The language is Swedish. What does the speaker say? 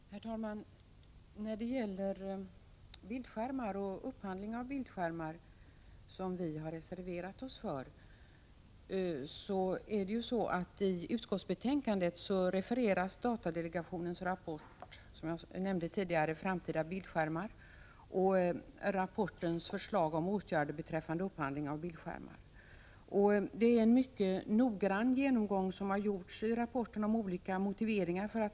Herr talman! När det gäller bildskärmar och upphandlingen av sådana—på 4 april 1986 den punkten har vi reserverat oss — finns det i betänkandet ett referat av datadelegationens rapport Framtida bildskärmar, som jag tidigare har nämnt. I rapporten behandlas bl.a. olika förslag till åtgärder beträffande upphandlingen av bildskärmar. Av rapporten framgår att man har gjort en mycket noggrann genomgång av olika motiveringar.